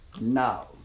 Now